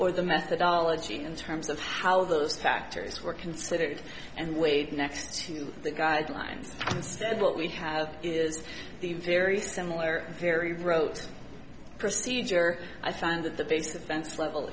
or the methodology in terms of how those factors were considered and weighed next to the guidelines instead what we have is a very similar very rote procedure i find that the base events level